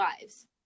lives